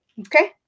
Okay